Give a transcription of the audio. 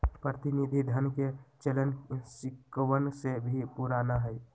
प्रतिनिधि धन के चलन सिक्कवन से भी पुराना हई